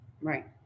right